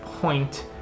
point